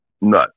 No